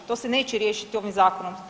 To se neće riješiti ovim zakonom.